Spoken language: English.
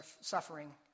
suffering